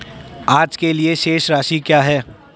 आज के लिए शेष राशि क्या है?